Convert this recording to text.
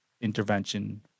intervention